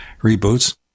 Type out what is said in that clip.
reboots